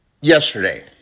Yesterday